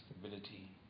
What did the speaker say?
stability